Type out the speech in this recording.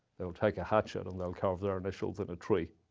they will take a hatchet and they'll carve their initials in a tree,